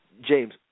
James